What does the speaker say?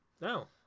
No